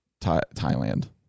thailand